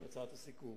הצעת הסיכום.